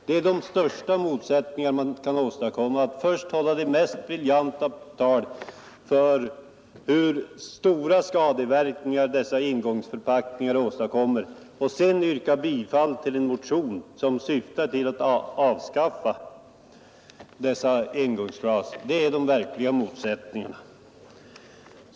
Det medför de största motsättningar man kan åstadkomma att först hålla det mest briljanta anförande om hur stora skadeverkningar dessa engångsförpackningar åstadkommer och sedan yrka bifall till ett utskottsbetänkande som yrkar avslag på motioner vilka syftar till att avskaffa engångsglasen. Då åstadkommer man de verkliga motsättningarna!